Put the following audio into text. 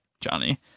Johnny